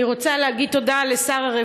אני רוצה להגיד תודה לשר העבודה,